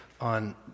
on